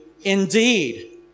indeed